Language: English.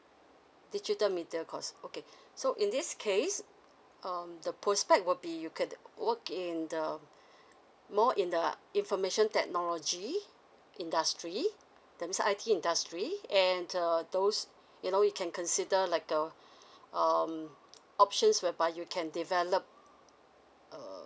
digital media course okay so in this case um the prospect will be you get to work in the work more in the information technology industry that means I_T industry and err those you know you can consider like err um options whereby you can develop err